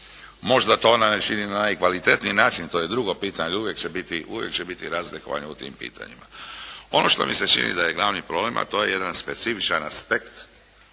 Možda to ona ne čini na najkvalitetniji način, to je drugo pitanje i uvijek će biti, uvijek će biti razlikovanja u tim pitanjima. Ono što mi se čini da je glavni problem a to je jedan specifičan aspekt